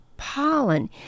pollen